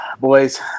boys